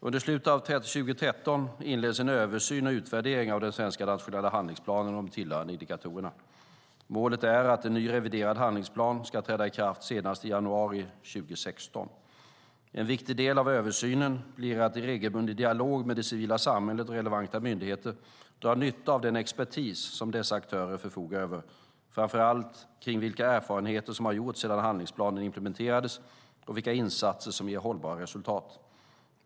Under slutet av 2013 inleds en översyn och utvärdering av den svenska nationella handlingsplanen och de tillhörande indikatorerna. Målet är att en ny reviderad handlingsplan ska träda i kraft senast i januari 2016. En viktig del av översynen blir att i regelbunden dialog med det civila samhället och relevanta myndigheter dra nytta av den expertis som dessa aktörer förfogar över, framför allt kring vilka erfarenheter som har gjorts sedan handlingsplanen implementerades och vilka insatser som ger hållbara resultat.